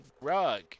rug